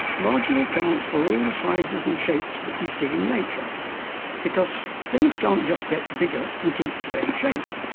largely accounts for all the sizes and shapes that we see in nature because things can't just get bigger and keep the same shape.